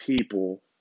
people